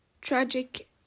tragic